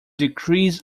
decrease